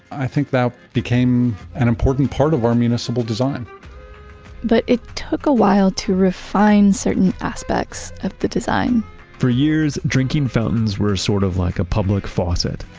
i think that became an important part of our municipal design but it took a while to refine certain certain aspects of the design for years, drinking fountains were sort of like a public faucet.